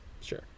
Sure